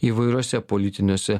įvairiuose politiniuose